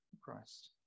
Christ